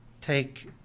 take